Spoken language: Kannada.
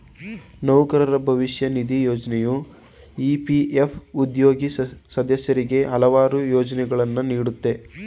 ನೌಕರರ ಭವಿಷ್ಯ ನಿಧಿ ಯೋಜ್ನೆಯು ಇ.ಪಿ.ಎಫ್ ಉದ್ಯೋಗಿ ಸದಸ್ಯರಿಗೆ ಹಲವಾರು ಪ್ರಯೋಜ್ನಗಳನ್ನ ನೀಡುತ್ತೆ